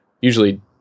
usually